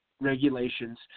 regulations